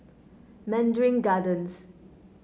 Mandarin Gardens